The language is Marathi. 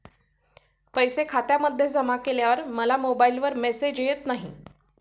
पैसे खात्यामध्ये जमा केल्यावर मला मोबाइलवर मेसेज येत नाही?